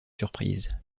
surprises